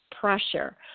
pressure